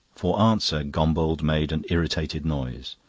for answer gombauld made an irritated noise.